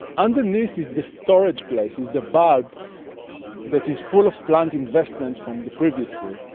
underneath is this storage place, is the bulb that is full of plant investments from the previous year.